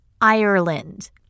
Ireland